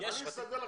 זה משפט המפתח,